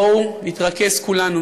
בואו נתרכז כולנו,